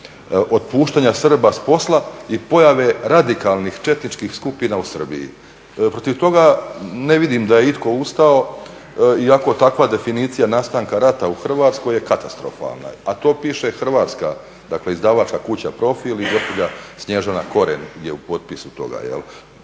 otpuštanja Srba s posla i pojave radikalnih četničkih skupina u Srbiji. Protiv toga ne vidim da je itko ustao iako takva definicija nastanka rata u Hrvatskoj je katastrofalna, a to piše hrvatska izdavačka kuća Profil i gospođa Snježana Koren je u potpisu toga.